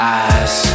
eyes